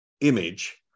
image